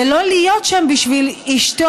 ולא להיות שם בשביל אשתו,